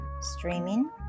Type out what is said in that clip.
streaming